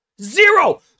Zero